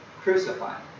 crucified